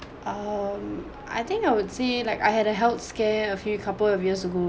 um I think I would say like I had a health scare a few couple of years ago